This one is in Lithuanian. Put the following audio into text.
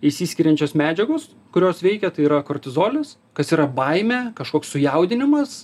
išsiskiriančios medžiagos kurios veikia tai yra kortizolis kas yra baimė kažkoks sujaudinimas